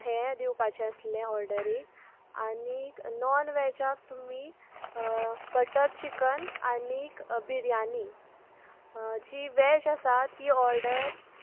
हे दिवपाचे आसले ऑर्डरीक आनी नॉन व्हजाक तुमी बटर चिकन आनीक बिरयानी जी व्हेज आसा ती ऑर्डर